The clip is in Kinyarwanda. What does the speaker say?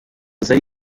zari